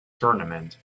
tournament